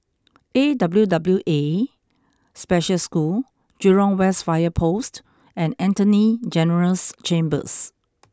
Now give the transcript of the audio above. A W W A Special School Jurong West Fire Post and Attorney General's Chambers